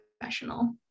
professional